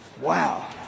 Wow